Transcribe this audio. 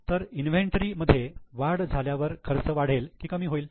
तर इन्व्हेंटरी मध्ये वाढ झाल्यावर खर्च वाढेल की कमी होईल